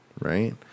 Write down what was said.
right